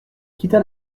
quitta